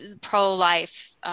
pro-life